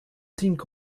think